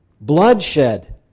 Bloodshed